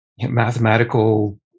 mathematical